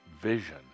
vision